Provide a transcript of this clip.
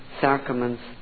sacraments